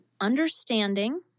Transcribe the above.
understanding